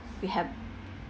we have